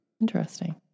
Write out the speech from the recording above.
Interesting